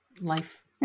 life